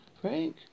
frank